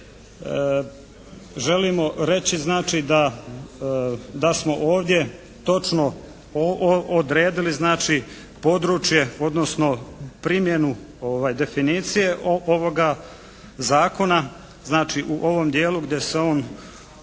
želimo reći znači da smo ovdje točno odredili znači područje, odnosno primjenu definicije ovoga Zakona znači u ovom dijelu gdje se on